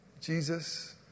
Jesus